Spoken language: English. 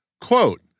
Quote